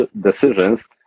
decisions